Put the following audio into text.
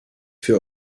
für